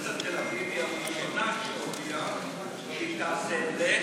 אוניברסיטת תל אביב היא הראשונה שהודיעה שהיא תעשה את זה,